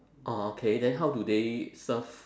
orh okay then how do they serve